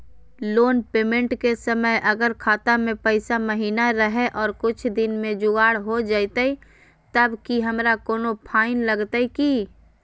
Loan payment के समय अगर खाता में पैसा महिना रहै और कुछ दिन में जुगाड़ हो जयतय तब की हमारा कोनो फाइन लगतय की?